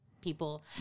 People